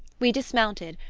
we dismounted,